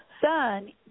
son